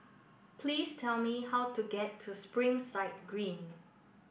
please tell me how to get to Springside Green